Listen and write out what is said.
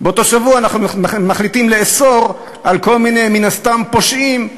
אנחנו מחליטים לאסור על כל מיני פושעים,